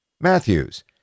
Matthews